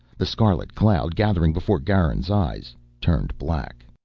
the scarlet cloud gathering before garin's eyes turned black.